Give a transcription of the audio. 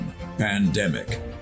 Pandemic